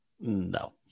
No